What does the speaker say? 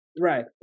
Right